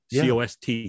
cost